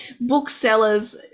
booksellers